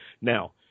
Now